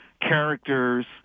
characters